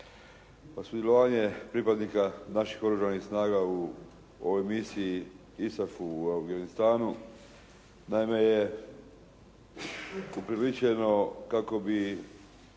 Pa sudjelovanje naših oružanih snaga u ovoj misiji ISAF u Afganistanu naime je upriličeno kako bi